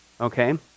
Okay